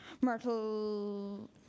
Myrtle